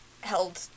held